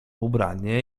ubranie